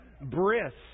brisk